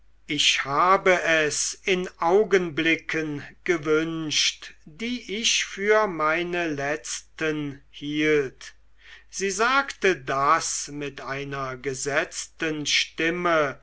ich habe es in augenblicken gewünscht die ich für meine letzten hielt sie sagte das mit einer gesetzten stimme